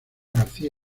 garcía